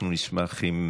התשפ"ד 2023,